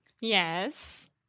Yes